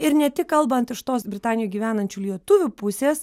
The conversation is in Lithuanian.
ir ne tik kalbant iš tos britanijoj gyvenančių lietuvių pusės